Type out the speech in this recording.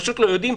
פשוט לא יודעים,